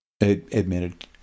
admitted